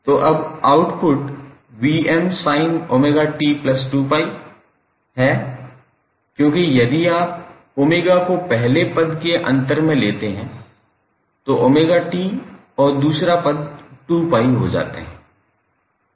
तो अब output 𝑉𝑚sin𝜔𝑡2𝜋 है क्योंकि यदि आप 𝜔 को पहले पद के अंदर लेते हैं तो 𝜔𝑡 और दूसरा पद 2𝜋 हो जाते हैं